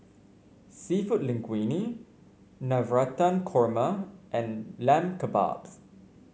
seafood Linguine Navratan Korma and Lamb Kebabs